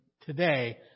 today